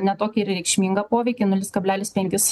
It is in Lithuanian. ne tokį reikšmingą poveikį nulis kablelis penkis